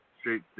Straight